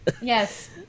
Yes